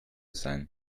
sein